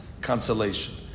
consolation